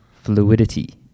Fluidity